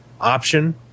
option